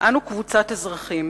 "אנו קבוצת אזרחים